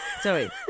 Sorry